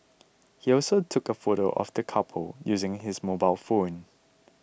he also took a photo of the couple using his mobile phone